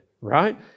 right